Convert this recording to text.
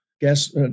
gas